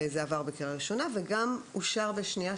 זה עבר בקריאה ראשונה וגם אושר בשנייה,